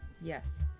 Yes